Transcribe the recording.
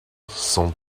cent